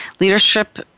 Leadership